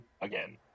again